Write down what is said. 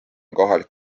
kohalik